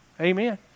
Amen